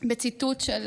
בציטוט של